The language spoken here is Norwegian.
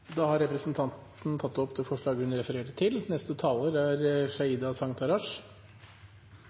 Da har representanten Sheida Sangtarash tatt opp det forslaget hun referertet til.